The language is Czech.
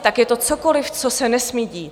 Tak je to cokoliv, co se nesmí dít?